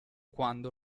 quando